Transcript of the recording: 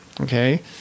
okay